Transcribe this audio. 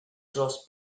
dros